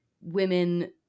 women